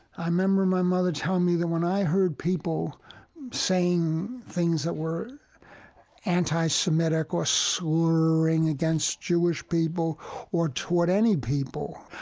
i remember my mother telling me that when i heard people saying things that were anti-semitic or slurring against jewish people or toward any people,